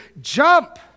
jump